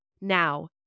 Now